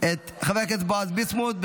את חבר הכנסת בועז ביסמוט,